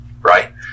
right